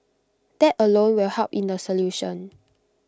that alone will help in the solution